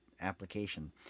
application